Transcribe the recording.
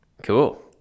Cool